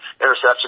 interception